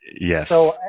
Yes